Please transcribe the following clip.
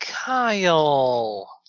Kyle